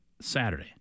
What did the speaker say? Saturday